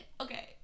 Okay